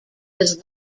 was